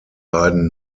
beiden